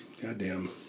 Goddamn